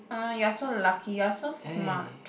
you are so lucky you are so smart